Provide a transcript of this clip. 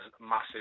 massive